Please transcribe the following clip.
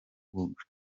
kunga